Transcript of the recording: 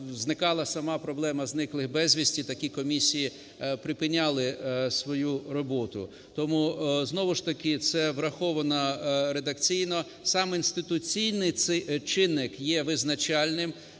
зникала сама проблема зниклих безвісти, такі комісії припиняли свою роботу. Тому знову ж таки це враховано редакційно. Сам інституційний чинник є визначальним.